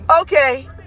Okay